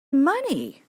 money